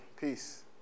Peace